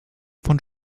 von